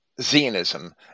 Zionism